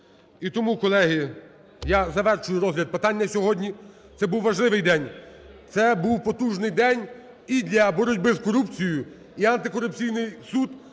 І тому, колеги, я завершую розгляд питань на сьогодні. Це був важливий день, це був потужний день і для боротьби з корупцією, і Антикорупційний суд,